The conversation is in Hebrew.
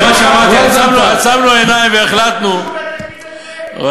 רק למה לא עשיתם, עכשיו,